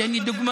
תן לי דוגמה.